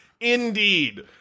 indeed